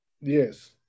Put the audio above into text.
Yes